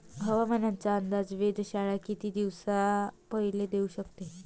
हवामानाचा अंदाज वेधशाळा किती दिवसा पयले देऊ शकते?